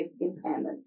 impairment